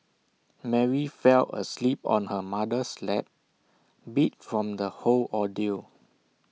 Mary fell asleep on her mother's lap beat from the whole ordeal